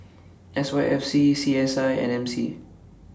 S Y F C C S I and M C